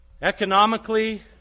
economically